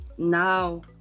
Now